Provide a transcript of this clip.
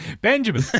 Benjamin